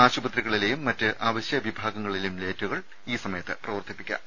ആശുപത്രികളി ലെയും മറ്റ് അവശൃ വിഭാഗങ്ങളിലെയും ലൈറ്റുകൾ ഈ സമയത്ത് പ്രവർത്തിപ്പിക്കാം